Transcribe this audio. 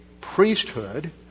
priesthood